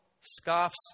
scoffs